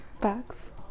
Facts